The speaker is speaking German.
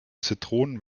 zitronen